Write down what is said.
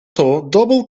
double